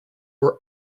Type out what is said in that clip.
were